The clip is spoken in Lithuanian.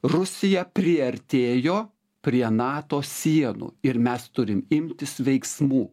rusija priartėjo prie nato sienų ir mes turim imtis veiksmų